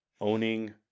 owning